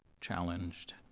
challenged